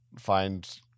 find